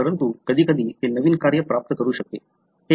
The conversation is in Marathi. परंतु कधीकधी ते नवीन कार्य प्राप्त करू शकते